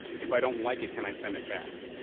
if i don't like it, can i send it back?